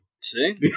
See